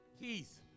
Keith